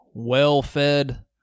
well-fed